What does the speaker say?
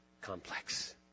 complex